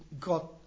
got